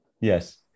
Yes